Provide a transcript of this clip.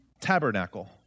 Tabernacle